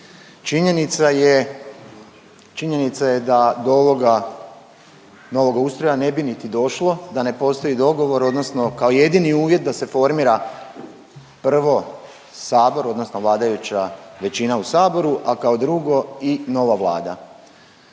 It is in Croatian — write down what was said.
činjenica je da do ovoga nova ustroja ne bi niti došlo da ne postoji dogovor odnosno kao jedini uvjet da se formira prvo sabor odnosno vladajuća većina u saboru, a kao drugo i nova vlada.